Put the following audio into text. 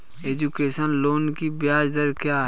Education loan की ब्याज दर क्या है?